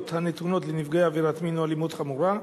הנתונות לנפגעי עבירת מין או אלימות חמורה,